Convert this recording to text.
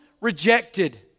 rejected